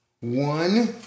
One